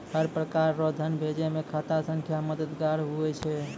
हर प्रकार रो धन भेजै मे खाता संख्या मददगार हुवै छै